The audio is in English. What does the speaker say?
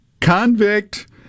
convict